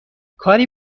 کاری